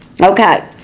Okay